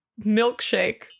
milkshake